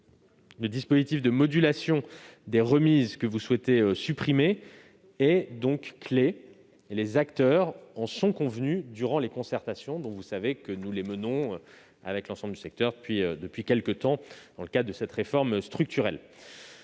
Le dispositif de modulation des remises que vous souhaitez supprimer est donc clé. Les acteurs en sont convenus durant les concertations que nous menons avec l'ensemble du secteur, puis, depuis quelque temps, dans le cadre de cette réforme structurelle.